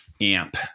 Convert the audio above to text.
amp